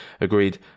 agreed